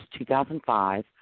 2005